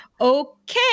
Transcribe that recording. okay